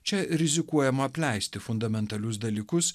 čia rizikuojama apleisti fundamentalius dalykus